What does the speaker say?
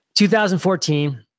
2014